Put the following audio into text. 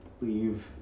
Leave